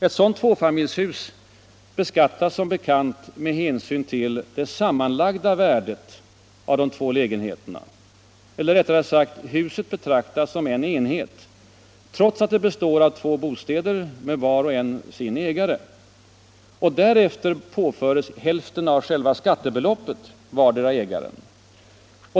Ett sådant tvåfamiljshus beskattas som bekant med hänsyn till det sammanlagda värdet av de två lägenheterna eller, rättare sagt: huset betraktas som en enhet trots att det består av två bostäder, som var och en har sin ägare. Därefter påförs hälften av själva skattebeloppet vardera ägaren.